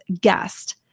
guest